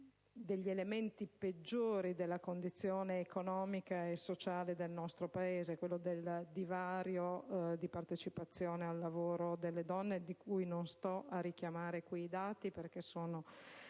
degli elementi peggiori della condizione economica e sociale del nostro Paese, quello del divario di partecipazione al lavoro delle donne, di cui non sto a richiamare i dati, perché sono